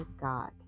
God